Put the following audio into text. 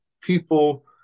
people